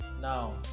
Now